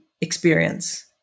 experience